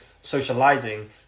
socializing